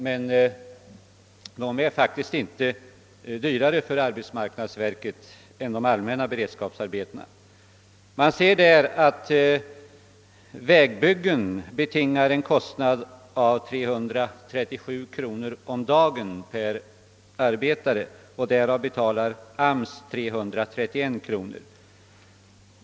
De sistnämnda arbetena är dock faktiskt inte dyrare för arbetsmarknadsverket än de allmänna beredskapsarbetena. Enligt statsverkspropositionen betingar vägbyggen en kostnad av 337 kronor om dagen per arbetare. Därav betalar AMS 331 kronor.